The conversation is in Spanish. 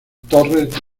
torres